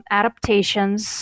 adaptations